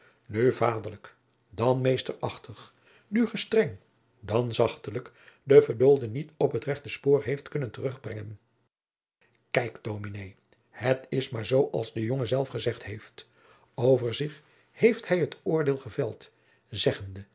nu vaderlijk dan meesterachtig nu gestreng dan zachtelijk den verdoolde niet op het rechte spoor heeft kunnen terugbrengen kijk dominé het is maar zoo als de jongen zelf gezegd heeft over zich heeft hij het oordeel geveld zeggende